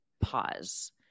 pause